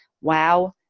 wow